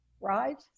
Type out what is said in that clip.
right